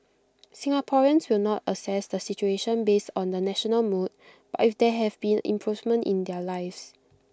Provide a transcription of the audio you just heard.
Singaporeans will not assess the situation based on the national mood but if there have been improvements in their lives